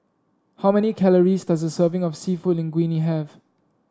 how many calories does a serving of seafood Linguine have